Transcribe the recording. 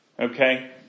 Okay